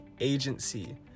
Agency